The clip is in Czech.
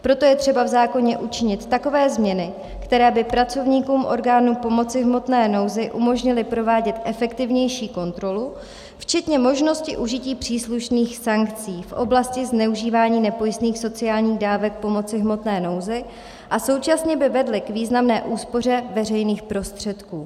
Proto je třeba v zákoně učinit takové změny, které by pracovníkům orgánů pomoci v hmotné nouzi umožnily provádět efektivnější kontrolu včetně možnosti užití příslušných sankcí v oblasti zneužívání nepojistných sociálních dávek pomoci v hmotné nouzi a současně by vedly k významné úspoře veřejných prostředků.